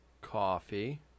Coffee